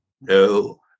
No